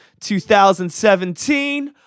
2017